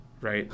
right